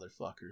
motherfuckers